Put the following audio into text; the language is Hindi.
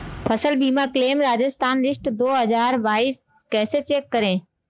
फसल बीमा क्लेम राजस्थान लिस्ट दो हज़ार बाईस कैसे चेक करें?